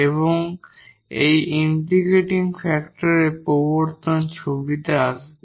এবং এই ইন্টিগ্রেটিং ফ্যাক্টরের প্রবর্তন ছবিতে আসবে